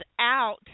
out